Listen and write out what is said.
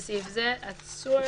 (ו) בסעיף זה, "עצור"